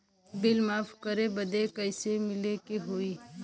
Bill माफ करे बदी कैसे मिले के होई?